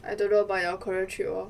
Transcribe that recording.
I don't know about your korea trip lor